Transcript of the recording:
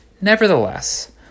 Nevertheless